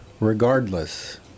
regardless